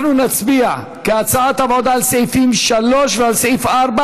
אנחנו נצביע על סעיף 3 ועל סעיף 4,